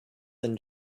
than